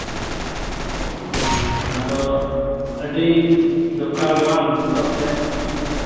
ᱦᱮᱸ ᱟᱫᱚ ᱟᱹᱰᱤ ᱫᱚᱨᱠᱟᱨ ᱜᱮ ᱵᱟᱝ ᱱᱤᱛᱚᱜ ᱛᱮᱫ